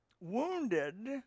wounded